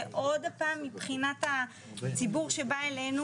זה עוד הפעם מבחינת הציבור שבא אלינו,